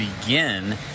begin